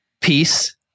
peace